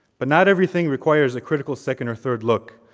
but not everything requires a critical second, or third look,